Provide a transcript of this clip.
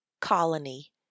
colony